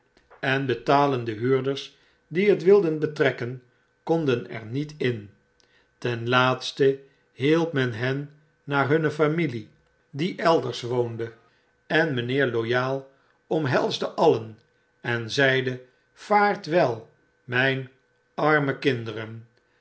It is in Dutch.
en betalende huurders die het wilden betrekken konden er niet in ten laatste hielp men hen naar hunne familie die elders woonde en myn heer loyal omhelsde alien en zeide vaartwel mijn arme kinderen